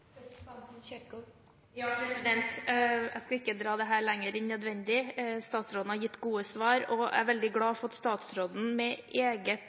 Jeg skal ikke dra dette lenger enn nødvendig. Statsråden har gitt gode svar, og jeg er veldig glad for at han med